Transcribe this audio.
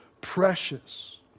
precious